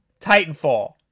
Titanfall